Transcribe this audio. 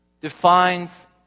defines